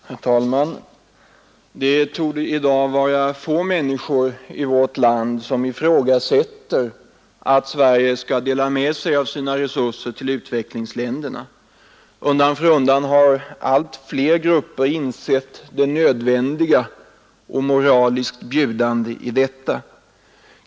Herr talman! Det torde i dag vara få människor i vårt land som inte anser att Sverige skall dela med sig av sina resurser till utvecklingsländerna. Undan för undan har allt fler grupper insett det nödvändiga och moraliskt bjudande i detta.